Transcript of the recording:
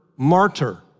Martyr